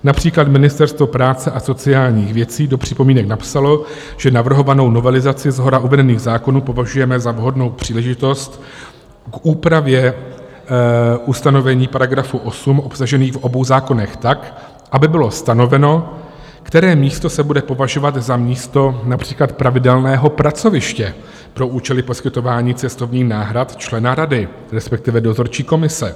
Například Ministerstvo práce a sociálních věcí do připomínek napsalo, že navrhovanou novelizaci shora uvedených zákonů považujeme za vhodnou příležitost k úpravě ustanovení paragrafů 8 obsažených v obou zákonech tak, aby bylo stanoveno, které místo se bude považovat za místo například pravidelného pracoviště pro účely poskytování cestovních náhrad člena rady, resp. dozorčí komise.